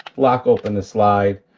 lock open the slide,